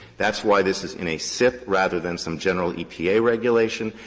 that's why this is in a sip rather than some general epa regulation,